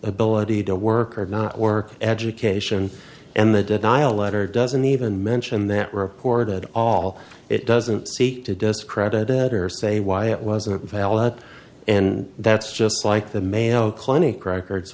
ability to work or not work education and the denial letter doesn't even mention that reported at all it doesn't seek to discredit it or say why it wasn't valid and that's just like the mayo clinic records